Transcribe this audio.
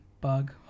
bug